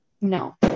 No